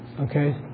Okay